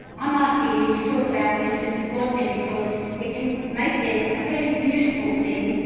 i'm asking you to talk about this to support me because it can make death a very beautiful thing,